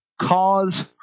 cause